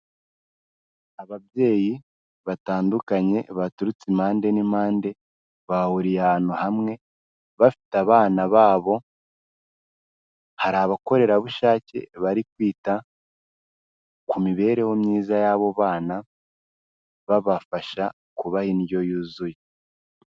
Ababyeyi batandukanye, baturutse impande n'impande, bahuriye ahantu hamwe, bafite abana babo, hari abakorerabushake bari kwita ku mibereho myiza y'abo bana, babafasha kubaha indyo yuzuye.